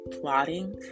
plotting